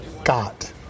got